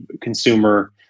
consumer